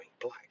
black